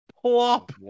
Plop